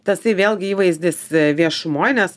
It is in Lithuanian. tasai vėlgi įvaizdis viešumoj nes